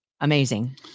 amazing